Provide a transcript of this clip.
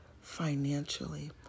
financially